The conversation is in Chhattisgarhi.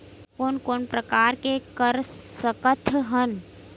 कोन कोन प्रकार के कर सकथ हन?